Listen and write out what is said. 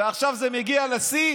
ועכשיו זה מגיע לשיא